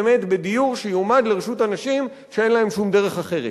באמת בדיור שיועמד לרשות אנשים שאין להם שום דרך אחרת.